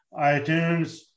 iTunes